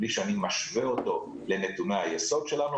בלי שאני משווה אותו לנתוני היסוד שלנו,